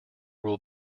will